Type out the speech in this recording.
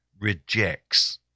rejects